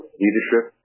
leadership